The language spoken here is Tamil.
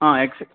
ஆ யெஸ்